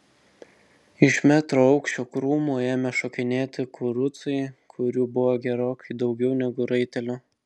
iš metro aukščio krūmų ėmė šokinėti kurucai kurių buvo gerokai daugiau negu raitelių